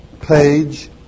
page